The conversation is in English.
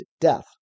death